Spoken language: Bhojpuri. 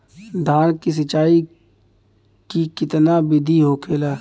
धान की सिंचाई की कितना बिदी होखेला?